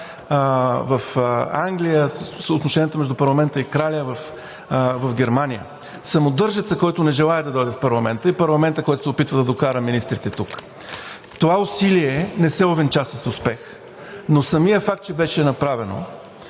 в Англия – с отношението между парламента и краля, в Германия. Самодържецът, който не желае да дойде в парламента, и парламентът, който се опитва да докара министрите тук. Това усилие не се увенча с успех, но самият факт, че беше направено